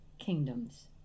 kingdoms